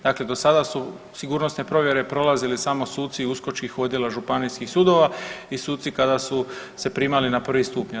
Dakle, do sada su sigurnosne provjere prolazili samo suci USKOK odjela županijskih sudova i suci kada su se primali na prvi stupnja.